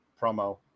promo